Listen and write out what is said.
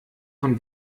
von